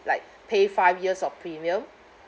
like pay five years of premium